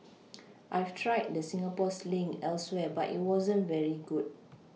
I've tried the Singapore Sling elsewhere but it wasn't very good